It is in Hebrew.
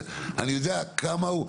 אני יודע כמה הוא,